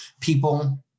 people